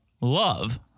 love